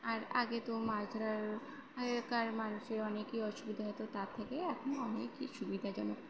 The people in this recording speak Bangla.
আর আগে তো মাছ ধরার আগেকার মাানুষের অনেকেই অসুবিধা হয়তো তার থেকে এখন অনেকই সুবিধাজনক